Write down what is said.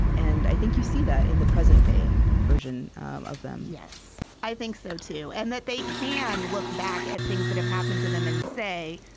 and i think you see that in the present-day version of them yes, i think so too, and that they can look back at things that have happened to them and say,